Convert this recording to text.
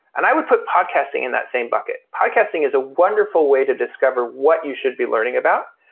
and i would put podcasting in that same bucket. podcasting is a wonderful way to discover what you should be learning about.